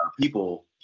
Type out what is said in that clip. people